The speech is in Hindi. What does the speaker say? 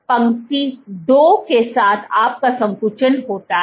पंक्ति 2 के साथ आपका संकुचन होता है